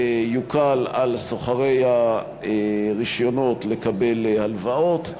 יוקל על שוכרי הרישיונות לקבל הלוואות,